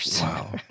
Wow